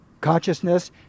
consciousness